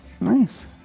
Nice